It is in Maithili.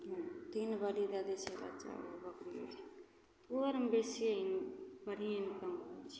तीन बारी दै दै छै बच्चा बकरी तऽ ओ आओर हम बेसिए बढ़िएँ जकाँ होइ छै